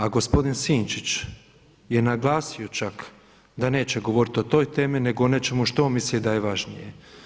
A gospodin Sinčić je naglasio čak da neće govoriti o toj temi nego o nečemu što on misli da je važnije.